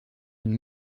une